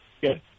Good